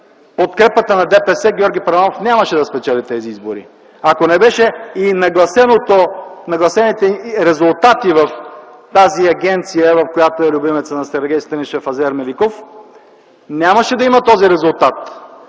подкрепата на ДПС, Георги Първанов нямаше да спечели тези избори. Ако не бяха и нагласените резултати в тази агенция, в която е любимецът на Сергей Станишев – Азер Меликов, нямаше да има този резултат.